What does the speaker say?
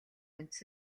үндэс